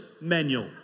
manual